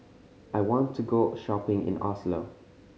I want to go a shopping in Oslo